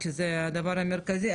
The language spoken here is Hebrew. כי זה הדבר המרכזי,